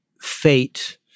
fate